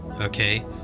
Okay